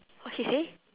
okay say